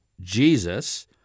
Jesus